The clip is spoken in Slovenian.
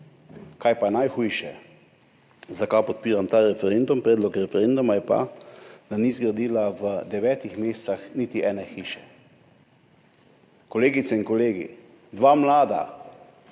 Kaj pa je najhujše? Zakaj podpiram ta referendum, predlog referenduma je pa, da ni zgradila v devetih mesecih niti ene hiše? Kolegice in kolegi. Dva mlada,